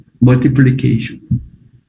multiplication